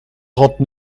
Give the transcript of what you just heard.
trente